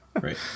Right